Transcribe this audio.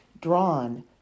drawn